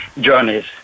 journeys